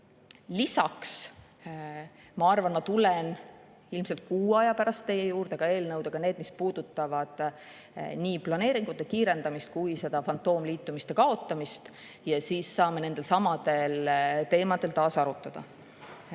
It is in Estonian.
Lisaks, ma arvan, et ma tulen ilmselt kuu aja pärast teie juurde eelnõudega, mis puudutavad nii planeeringute kiirendamist kui ka fantoomliitumiste kaotamist, ja siis saame nendelsamadel teemadel taas arutada.